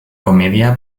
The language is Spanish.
comedia